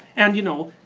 and you know,